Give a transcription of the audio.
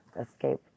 escape